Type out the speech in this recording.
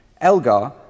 Elgar